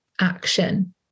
action